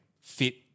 fit